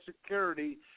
Security